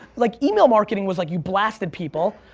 like email marketing was like you blasted people,